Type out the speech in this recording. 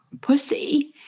pussy